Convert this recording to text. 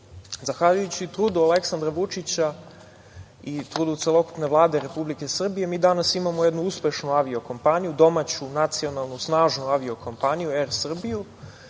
pitanju. Zahvaljujući trudu Aleksandra Vučića i trudu celokupne Vlade Republike Srbije, mi danas imamo jednu uspešnu avio-kompaniju, domaću nacionalnu, snažnu avio-kompaniju „Er Srbiju“,